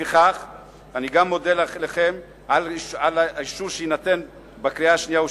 לפיכך אני גם אודה לכם על אישור הנוסח האמור בקריאה שנייה ושלישית.